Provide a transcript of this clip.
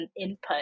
input